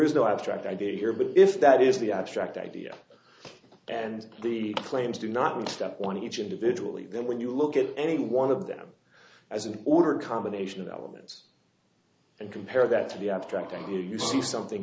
is no abstract idea here but if that is the abstract idea and the claims do not step on each individual even when you look at any one of them as an ordered combination of elements and compare that to the abstract idea you see something